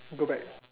go back